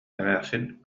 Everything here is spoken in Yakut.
эмээхсин